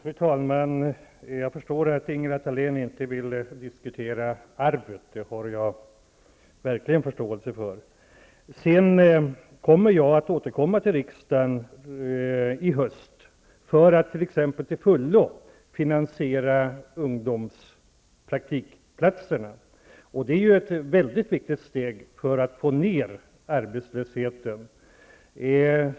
Fru talman! Jag förstår att Ingela Thalén inte vill diskutera arvet. Det har jag verkligen förståelse för. Jag avser att återkomma till riksdagen i höst för att t.ex. till fullo finansiera ungdomspraktikplatserna. Det är ett mycket viktigt steg för att få ned arbetslösheten.